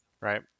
Right